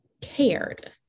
cared